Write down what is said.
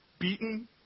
beaten